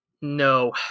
No